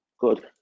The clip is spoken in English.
Good